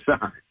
sign